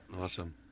Awesome